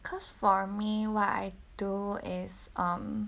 cause for me what I do is um